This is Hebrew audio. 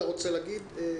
אתה רוצה להגיד?